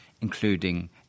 including